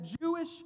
Jewish